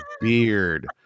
beard